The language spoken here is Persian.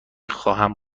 خواهم